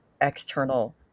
external